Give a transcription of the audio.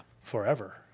Forever